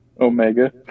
Omega